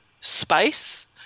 space